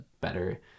better